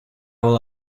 will